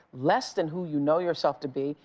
less than who you know yourself to be,